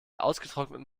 ausgetrockneten